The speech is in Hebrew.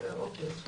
אוקיי.